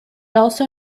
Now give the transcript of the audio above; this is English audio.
also